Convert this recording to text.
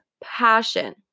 passion